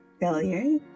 failure